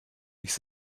nicht